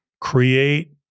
create